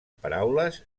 paraules